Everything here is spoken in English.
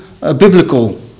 biblical